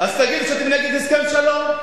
אז תגיד שאתם נגד הסכם שלום.